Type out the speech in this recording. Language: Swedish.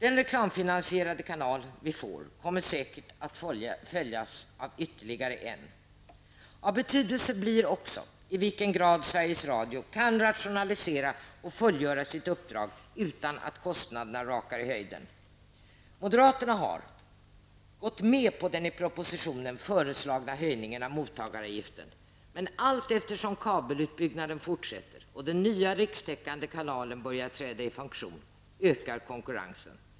Den reklamfinansierade kanal vi får kommer säkert att följas av ytterligare en. Av betydelse blir också i vilken grad Sveriges Radio kan rationalisera och fullgöra sitt uppdrag utan att kostnaderna rakar i höjden. Moderaterna har gått med på den i propositionen föreslagna höjningen av mottagaravgiften, men allteftersom kabelutbyggnaden fortsätter och den nya rikstäckande kanalen börjar träda i funktion ökar konkurrensen.